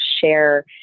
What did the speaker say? share